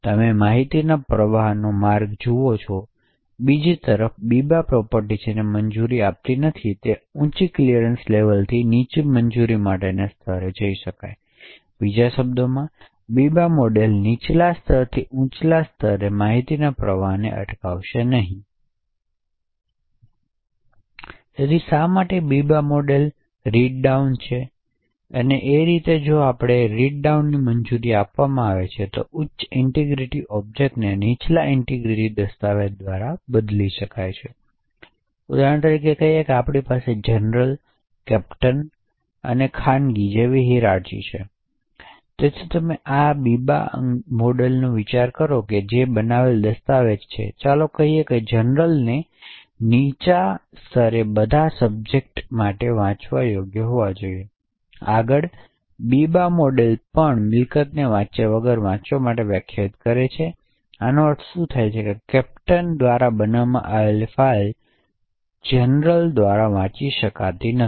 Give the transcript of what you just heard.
તમે માહિતી પ્રવાહનો માર્ગ જુઓ છો બીજી તરફ બીબા પ્રોપર્ટી જેની મંજૂરી આપતી નથી તે ઉંચી ક્લિયરન્સ લેવલથી નીચી મંજૂરી માટેના સ્તરે જઈ શકે છે બીજા શબ્દોમાં બીબા મોડેલ નીચલા સ્તરથી ઉંચા સ્તરે માહિતીના પ્રવાહને અટકાવશે નહીં તો ઉદાહરણ તરીકે કહીએ કે આપણી પાસે આ જનરલ કેપ્ટન અને ખાનગી જેવી હીરારચી છે તેથી જ્યારે તમે આ અંગે બીબા મોડેલ લાગુ કરો કે જે તે બનાવેલો દસ્તાવેજ છે ચાલો કહીએ કે જનરલને નીચલા સ્તરે બધા સબ્જેક્ટ માટે વાંચવા યોગ્ય હોવા જોઈએ આગળ બીબા મોડલ પણ મિલકતને વાંચ્યા વગર વાંચવા માટે વ્યાખ્યાયિત કરે છે તેથી આનો અર્થ શું છે કે કેપ્ટનો દ્વારા બનાવવામાં આવેલી ફાઇલ જનરલ દ્વારા વાંચી શકાતી નથી